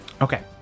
Okay